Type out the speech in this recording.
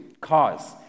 Cause